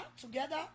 together